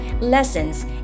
lessons